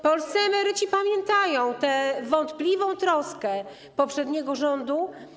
Polscy emeryci pamiętają tę wątpliwą troskę poprzedniego rządu.